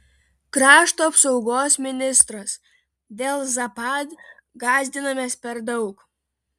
krašto apsaugos ministras dėl zapad gąsdinamės per daug